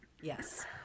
Yes